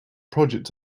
project